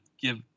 give